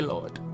Lord